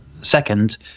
second